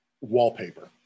wallpaper